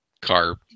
car